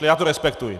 Já to respektuji.